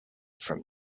from